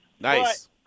Nice